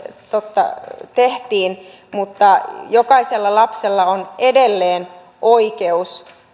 totta se tehtiin mutta jokaisella lapsella on edelleen oikeus